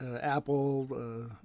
apple